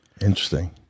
Interesting